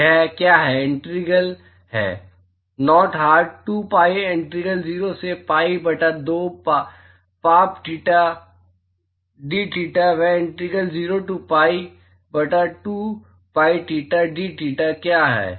यह क्या है इंटीग्रल है नॉट हार्ड 2 पीआई इंटीग्रल 0 से पीआई बटा 2 पाप थीटा दथेटा वह इंटीग्रल 0 टू पाई बटा 2 पाप थीटा दथेटा क्या है